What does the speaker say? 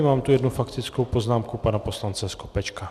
Mám tu jednu faktickou poznámku pana poslance Skopečka.